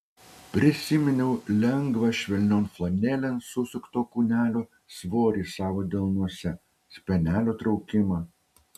prisiminiau lengvą švelnion flanelėn susukto kūnelio svorį savo delnuose spenelio traukimą